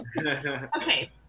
Okay